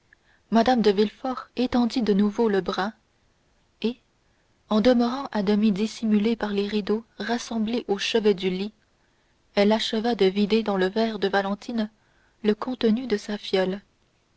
mme de villefort étendit de nouveau le bras et en demeurant à demi dissimulée par les rideaux rassemblés au chevet du lit elle acheva de vider dans le verre de valentine le contenu de sa fiole